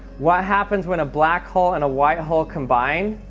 what happens when a black hole and a white hole combine?